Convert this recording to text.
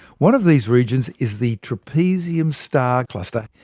one of these regions is the trapezium star cluster,